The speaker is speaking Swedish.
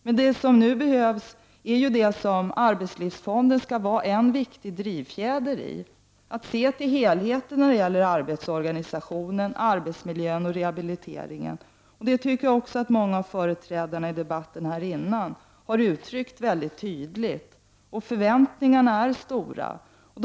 Men det som nu behövs är det som arbetslivsfonden skall vara en viktig drivfjäder i: att se till helheten i arbetsorganisationen, arbetsmiljön och rehabiliteringen. Många av debattörerna tidigare har uttalat detta mycket tydligt. Förväntningarna är mycket stora.